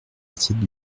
assiette